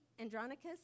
Andronicus